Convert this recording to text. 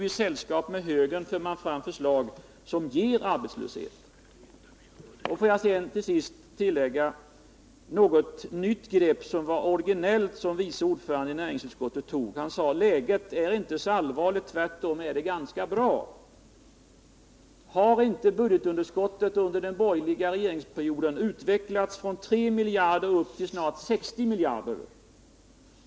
I sällskap med högern lägger nu centerpartiet fram förslag som medför arbetslöshet. Får jag till sist beröra ett nytt originellt grepp som näringsutskottets vice ordförande tog. Han sade att läget inte är så allvarligt, utan att det tvärtom är ganska bra. Har inte budgetunderskottet under den borgerliga regeringsperioden utvecklats från 3 miljarder kronor upp till nästan 60 miljarder?